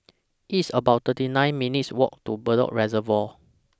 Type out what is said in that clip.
It's about thirty nine minutes' Walk to Bedok Reservoir